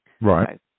Right